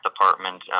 department